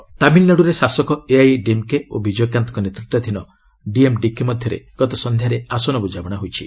TN election ତାମିଲ୍ନାଡ୍ରରେ ଶାସକ AIADMK ଓ ବିଜୟକାନ୍ତଙ୍କ ନେତ୍ତ୍ୱାଧୀନ ଡିଏମ୍ଡିକେ ମଧ୍ୟରେ ଗତ ସନ୍ଧ୍ୟାରେ ଆସନ ବୃଝାମଣା ହୋଇଛି